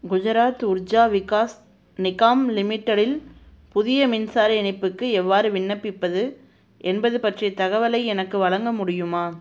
குஜராத் உர்ஜா விகாஸ் நிகாம் லிமிடெடில் புதிய மின்சார இணைப்புக்கு எவ்வாறு விண்ணப்பிப்பது என்பது பற்றிய தகவலை எனக்கு வழங்க முடியுமா